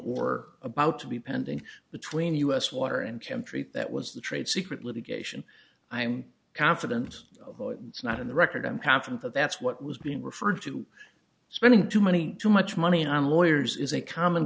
or about to be pending between us water and can treat that was the trade secret litigation i'm confident of it's not in the record i'm confident that that's what was being referred to spending too many too much money on lawyers is a common